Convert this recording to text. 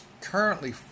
currently